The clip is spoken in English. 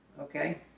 Okay